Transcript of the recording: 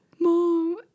mom